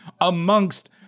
amongst